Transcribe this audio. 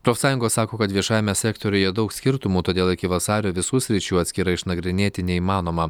profsąjungos sako kad viešajame sektoriuje daug skirtumų todėl iki vasario visų sričių atskirai išnagrinėti neįmanoma